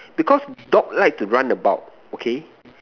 because dog like to run about okay